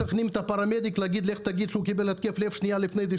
משכנעים את הפרמדיק להגיד: לך תגיד שהוא קיבל התקף לב שניה לפני זה.